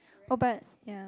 oh but ya